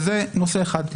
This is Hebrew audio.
זה נושא אחד.